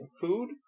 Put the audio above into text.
food